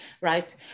right